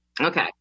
okay